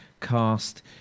Cast